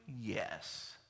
Yes